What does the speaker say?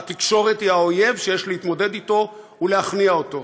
התקשורת היא האויב שיש להתמודד אתו ולהכניע אותו.